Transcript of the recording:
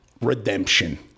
redemption